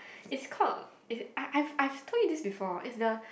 is called is I I I told you this before is the